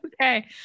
okay